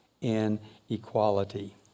inequality